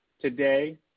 today